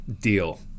deal